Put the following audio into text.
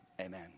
amen